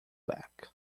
back